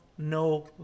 no